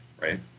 right